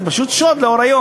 זה פשוט שוד לאור היום,